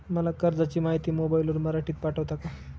मला कर्जाची माहिती मोबाईलवर मराठीत पाठवता का?